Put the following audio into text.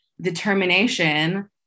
determination